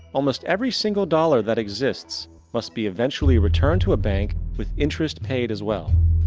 almost every single dollar that exists must be eventually returned to a bank with interest payed as well.